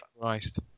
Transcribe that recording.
Christ